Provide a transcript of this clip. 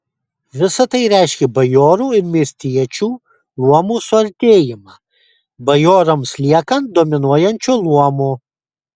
visa tai reiškė bajorų ir miestiečių luomų suartėjimą bajorams liekant dominuojančiu luomu